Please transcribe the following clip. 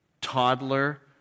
toddler